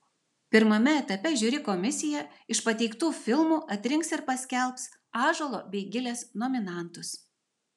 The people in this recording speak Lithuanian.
pirmame etape žiuri komisija iš pateiktų filmų atrinks ir paskelbs ąžuolo bei gilės nominantus